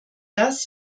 das